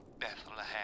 Bethlehem